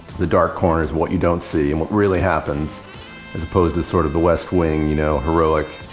the dark corners, what you don't see and what really happens as opposed to sort of the west wing, you know, heroic,